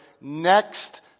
next